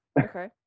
okay